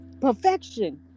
perfection